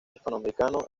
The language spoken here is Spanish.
hispanoamericano